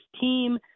team